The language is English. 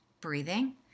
breathing